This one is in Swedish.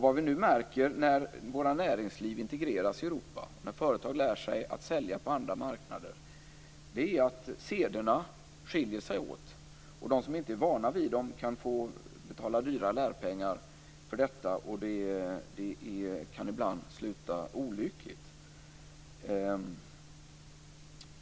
Vad vi nu märker när våra näringsliv integreras i Europa och företag lär sig sälja på andra marknader är att sederna skiljer sig åt. De som inte är vana vid dem kan få betala dyra lärpengar för detta, och det kan ibland sluta olyckligt.